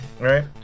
right